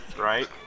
Right